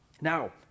Now